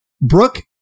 Brooke